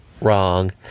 wrong